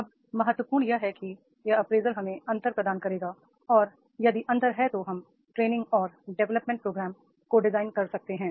अब महत्वपूर्ण यह है कि यह अप्रेजल हमें अंतर प्रदान करेगा और यदि अंतर है तो हम ट्रे निंग और डेवलपमेंट प्रोग्राम्स को डिजाइन कर सकते हैं